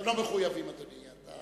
הם לא מחויבים, אדוני.